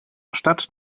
statt